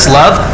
love